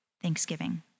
thanksgiving